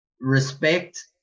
respect